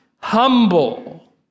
humble